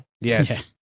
yes